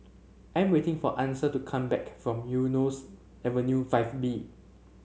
I'm waiting for Ansel to come back from Eunos Avenue Five B